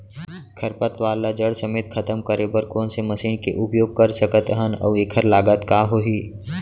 खरपतवार ला जड़ समेत खतम करे बर कोन से मशीन के उपयोग कर सकत हन अऊ एखर लागत का होही?